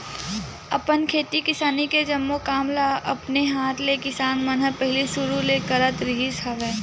अपन खेती किसानी के जम्मो काम ल अपने हात ले किसान मन ह पहिली सुरु ले करत रिहिस हवय